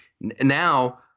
Now